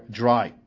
dry